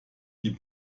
die